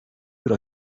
bir